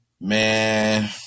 Man